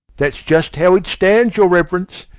that's just how it stands, your reverence.